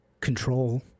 control